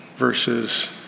versus